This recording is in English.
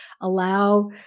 allow